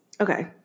Okay